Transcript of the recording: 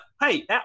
hey